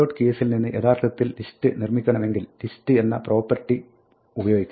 keys യിൽ നിന്ന് യഥാർത്ഥത്തിൽ ലിസ്റ്റ് നിർമ്മിക്കണമെങ്കിൽ list എന്ന പ്രോപ്പർട്ടി ഉപയോഗിക്കണം